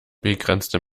begrenzte